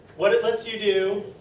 what it lets you do.